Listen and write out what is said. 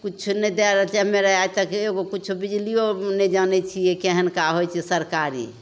किछु नहि दै रहल छै हमे आओर आइ तक एगो किछु बिजलिओ नहि जानै छिए केहनका होइ छै सरकारी